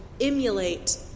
emulate